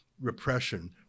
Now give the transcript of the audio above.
repression